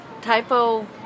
Typo